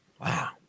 wow